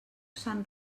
sant